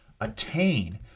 attain